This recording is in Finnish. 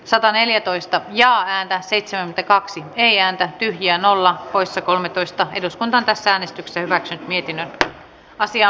sataneljätoista jaa ääntä seitsemän kaksi teijan tähti ja nolla poissa kolmetoista eduskuntaan tässä äänestyksessä asian käsittely päättyi